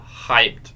hyped